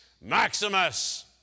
Maximus